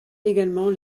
également